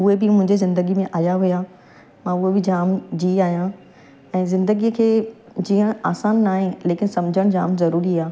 उहे बि मुंहिंजे ज़िंदगीअ में आया हुया मां उहे बि जाम जी आहियां ऐं ज़िंदगीअ खे जीअण आसानु न आहे लेकिन सम्झणु जाम ज़रूरी आहे